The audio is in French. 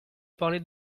parler